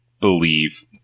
believe